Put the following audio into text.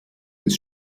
des